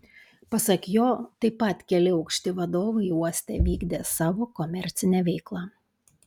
pasak jo taip pat keli aukšti vadovai uoste vykdė savo komercinę veiklą